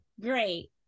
Great